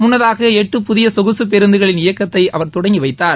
முன்னதாக எட்டு புதிய சொகுசு பேருந்துகளின் இயக்கத்தை அவர் தொடங்கி வைத்தார்